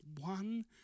One